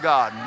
God